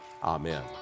Amen